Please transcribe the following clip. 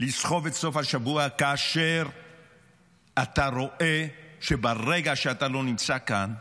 לסחוב את סוף השבוע כאשר אתה רואה שברגע שאתה לא נמצא כאן,